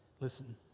Listen